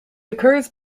occurs